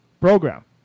program